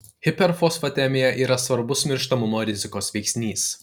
hiperfosfatemija yra svarbus mirštamumo rizikos veiksnys